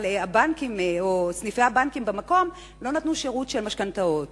אבל סניפי הבנקים במקום לא נותנים שירותי משכנתאות?